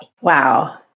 Wow